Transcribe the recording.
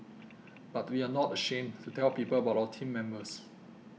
but we are not ashamed to tell people about our team members